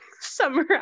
summer